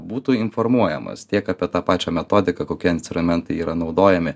būtų informuojamas tiek apie tą pačią metodiką kokie instrumentai yra naudojami